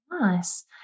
Nice